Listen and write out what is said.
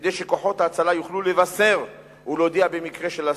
כדי שכוחות ההצלה יוכלו לבשר ולהודיע במקרה של אסון,